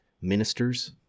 ministers